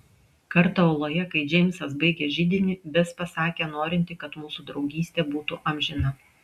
kartą oloje kai džeimsas baigė židinį bes pasakė norinti kad mūsų draugystė būtų amžina